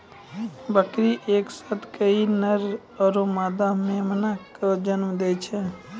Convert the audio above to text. बकरी एक साथ कई नर आरो मादा मेमना कॅ जन्म दै छै